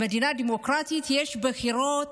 במדינה דמוקרטית יש בחירות